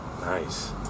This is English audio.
Nice